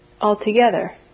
altogether